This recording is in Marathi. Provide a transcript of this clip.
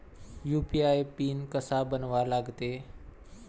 यू.पी.आय पिन कसा बनवा लागते?